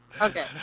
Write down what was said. Okay